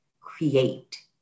CREATE